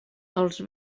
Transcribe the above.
els